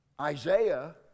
Isaiah